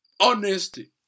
Honesty